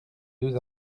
deux